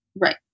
Right